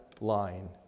line